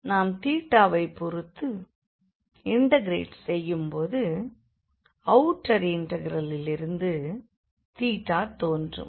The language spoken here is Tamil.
நாம் வை பொறுத்து இண்டெக்ரெட் செய்யும் போது அவுட்டர் இண்டெக்ரலில் இருந்து தோன்றும்